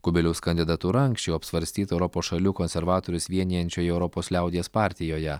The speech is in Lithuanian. kubiliaus kandidatūra anksčiau apsvarstyta europos šalių konservatorius vienijančioje europos liaudies partijoje